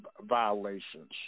violations